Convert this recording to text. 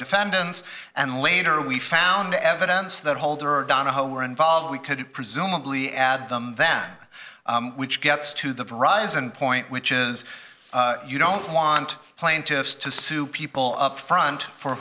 defendants and later we found evidence that holder or donohoe were involved we could presumably add them that which gets to the rise and point which is you don't want plaintiffs to sue people up front for